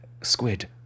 squid